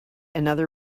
another